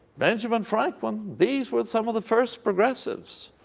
benjamin franklin these were some of the first progressives.